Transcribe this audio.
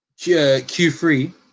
Q3